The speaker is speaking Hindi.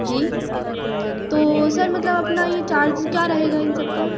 जी तो सर मतलब अपना ये चार्ज क्या रहेगा इन सबका